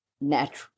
Natural